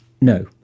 No